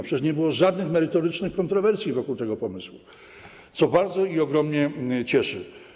Przecież nie było żadnych merytorycznych kontrowersji w odniesieniu do tego pomysłu, co bardzo, ogromnie cieszy.